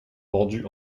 vendus